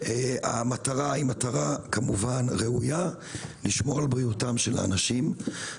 המטרה היא מטרה ראויה לשמור על בריאותם של האנשים,